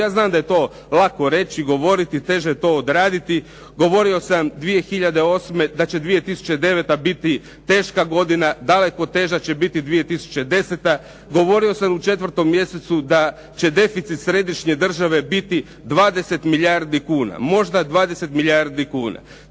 Ja znam da je to lako reći, govoriti, teže je to odraditi. Govorio sam 2008. da će 2009. biti teška godina. Daleko teža će biti 2010. Govorio sam u četvrtom mjesecu da će deficit središnje države biti 20 milijardi kuna, možda 20 milijardi kuna.